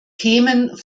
themen